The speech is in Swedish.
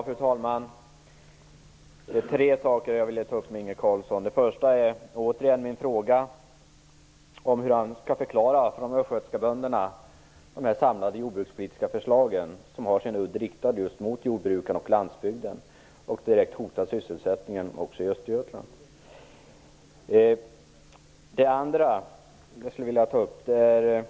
Fru talman! Det är tre saker jag vill ta upp med Det första är återigen min fråga om hur han skall förklara de samlade jordbrukspolitiska förslag som har sin udd riktad just mot jordbrukarna och landsbygden och direkt hotar sysselsättningen också i Östergötland för de östgötska bönderna. Det andra jag vill ta upp gäller jordbrukspolitiken.